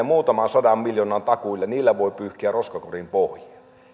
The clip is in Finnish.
muutaman sadan miljoonan takuilla voi pyyhkiä roskakorin pohjia